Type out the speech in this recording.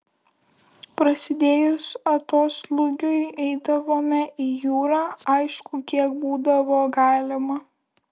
prasidėjus atoslūgiui eidavome į jūrą aišku kiek būdavo galima